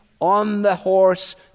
on-the-horse